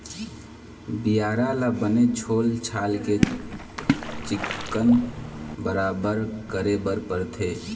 बियारा ल बने छोल छाल के चिक्कन बराबर करे बर परथे